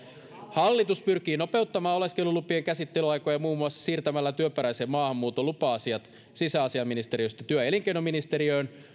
hallitus pyrkii nopeuttamaan oleskelulupien käsittelyaikoja muun muassa siirtämällä työperäisen maahanmuuton lupa asiat sisäministeriöstä työ ja elinkeinoministeriöön